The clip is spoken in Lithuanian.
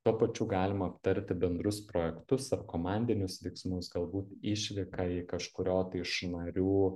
tuo pačiu galima aptarti bendrus projektus ar komandinius veiksmus galbūt išvyką į kažkurio tai iš narių